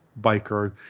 biker